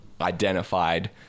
identified